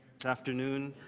afternoon.